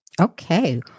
Okay